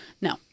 No